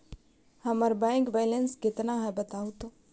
हमर bank balance केतना है बताहु तो?